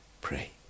pray